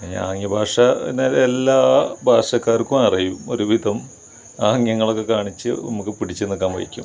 ആംഗ്യ ഭാഷ എന്നത് എല്ലാ ഭാഷക്കാർക്കും അറിയും ഒരു വിധം ആംഗ്യങ്ങളൊക്കെ കാണിച്ച് നമുക്ക് പിടിച്ച് നിൽക്കാൻ വയ്ക്കും